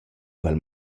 quel